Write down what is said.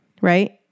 right